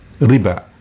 riba